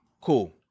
Cool